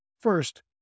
First